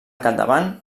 capdavant